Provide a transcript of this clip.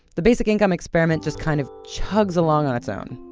the basic income experiment just kind of chugs along on its own.